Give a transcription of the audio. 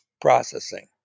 processing